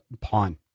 Pawn